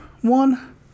One